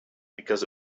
because